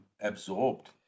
absorbed